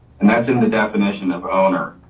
and that's in the definition of owner,